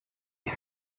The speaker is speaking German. ich